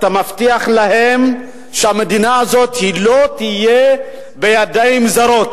אתה מבטיח להם שהמדינה הזאת לא תהיה בידיים זרות.